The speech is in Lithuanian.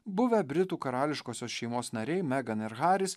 buvę britų karališkosios šeimos nariai megan ir haris